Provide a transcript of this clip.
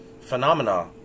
phenomena